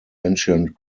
ancient